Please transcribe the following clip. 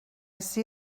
see